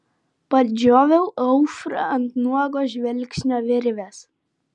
padžioviau aušrą ant nuogo žvilgsnio virvės